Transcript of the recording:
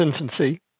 infancy